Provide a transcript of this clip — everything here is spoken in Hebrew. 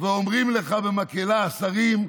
ואומרים לך במקהלה השרים: